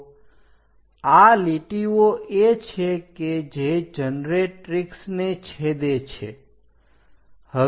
તો આ લીટીઓ એ છે કે જે જનરેટ્રીક્ષ ને છેદે છે